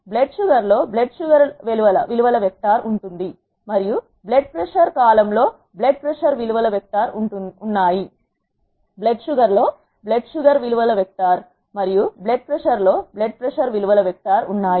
blood sugar లో blood sugar విలువల vector మరియు బ్లడ్ ప్రషర్ కాలమ్ లో బ్లడ్ ప్రషర్ విలువల వెక్టార్ ఉన్నాయి